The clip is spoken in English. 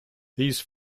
these